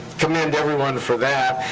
commend everyone for that.